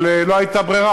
אבל לא הייתה ברירה,